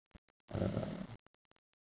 uh